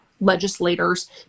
legislators